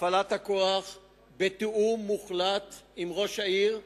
הפעלת הכוח היא בתיאום מוחלט עם ראש העיר,